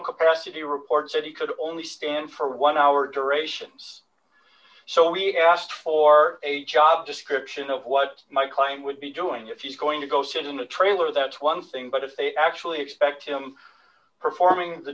capacity report said he could only stand for one hour durations so we asked for a job description of what my client would be doing if you're going to go sit in the trailer that's one thing but if they actually expect him performing the